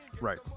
Right